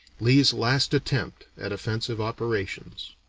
lee's last attempt at offensive operations.